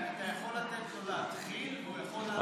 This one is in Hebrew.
אתה יכול לתת לו להתחיל והוא יכול להמשיך כשהיא תיכנס.